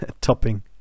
topping